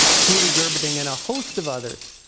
julie gerberding and a host of others,